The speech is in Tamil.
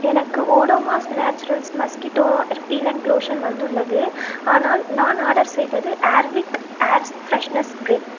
எனக்கு Odomos naturals mosquito repellent lotion வந்துள்ளது ஆனால் நான் ஆர்டர் செய்தது ஏர்விக் ஏர் ஃப்ரெஷனர் ஸ்ப்ரே